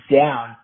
down